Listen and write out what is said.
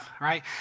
right